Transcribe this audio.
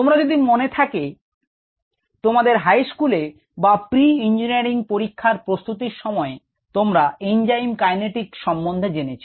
তোমাদের যদি মনে থাকে তোমাদের হাইস্কুলে বা প্রি ইঞ্জিনিয়ারিং পরীক্ষার প্রস্তুতির সময় তোমরা এনজাইম কাইনেটিকস সম্বন্ধে জেনেছ